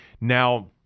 Now